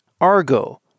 Argo